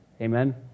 Amen